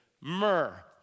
Myrrh